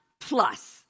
plus